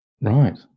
Right